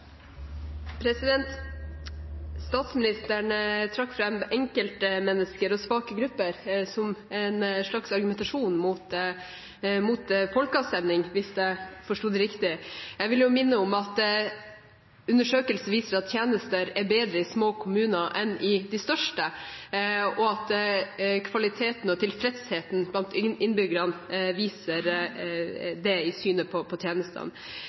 Statsministeren trakk fram enkeltmennesker og svake grupper som en slags argumentasjon mot folkeavstemning, hvis jeg forsto det riktig. Jeg vil minne om at undersøkelser viser at tjenester er bedre i små kommuner enn i de største, og at kvaliteten på tjenestene kommer til uttrykk i innbyggernes tilfredshet og deres syn på tjenestene.